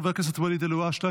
חבר הכנסת ואליד אלהואשלה,